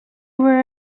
were